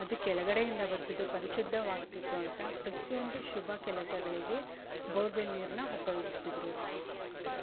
ಅದು ಕೆಳಗಡೆ ಇಂದ ಬರ್ತಿದ್ದು ಪರಿಶುದ್ಧವಾಗ್ತಿತ್ತು ಅಂತ ಪ್ರತಿಯೊಂದು ಶುಭ ಕೆಲಸಗಳಿಗೆ ಬೋರ್ವೆಲ್ ನೀರನ್ನ ಉಪಯೋಗಿಸ್ತಿದ್ದರು